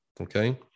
okay